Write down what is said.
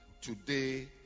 today